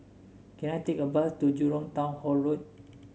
can I take a bus to Jurong Town Hall Road